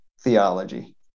theology